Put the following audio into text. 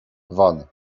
wan